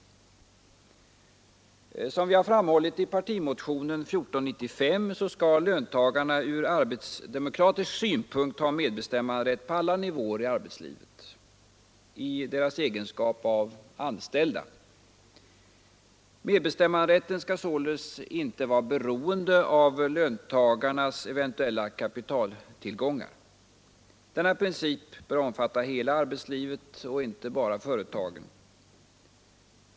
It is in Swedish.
; Som vi framhållit i partimotionen 1495 skall löntagarna ur arbetsdemokratisk synpunkt ha medbestämmanderätt på alla nivåer i arbetslivet, i sin egenskap av anställda. Medbestämmanderätten skall således inte vara beroende av löntagarnas eventuella kapitaltillgångar. Denna princip bör omfatta hela arbetslivet och inte bara företagen.